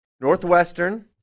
Northwestern